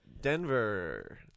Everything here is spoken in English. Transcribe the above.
denver